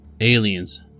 aliens